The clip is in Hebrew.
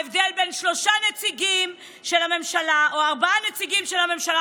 ההבדל בין שלושה נציגים של הממשלה לארבעה נציגים של הממשלה